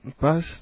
pass